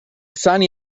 sani